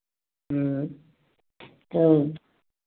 तो